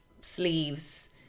sleeves